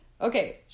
Okay